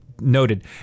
noted